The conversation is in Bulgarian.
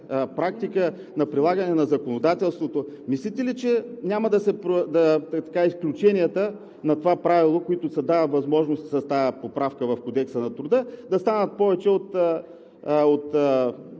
на прилагане на законодателството, мислите ли, че няма изключенията на това правило, с които се дава възможност с тази поправка в Кодекса на труда, да станат повече от правилното